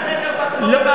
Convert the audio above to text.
תעשה סדר בכפרים הערביים.